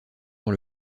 dans